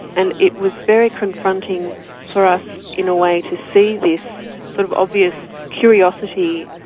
and it was very confronting for us in a way, to see this sort of obvious curiosity.